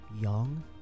young